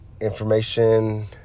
Information